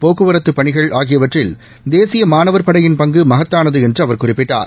போக்குவரத்து பணிகள் ஆகியவற்றில் தேசிய மாணவர் படையின் பங்கு மகத்தானது என்று அவர் குறிப்பிட்டார்